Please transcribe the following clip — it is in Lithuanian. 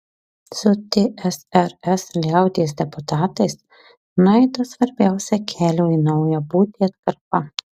su tsrs liaudies deputatais nueita svarbiausia kelio į naują būtį atkarpa